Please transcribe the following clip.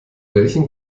welchen